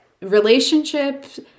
Relationships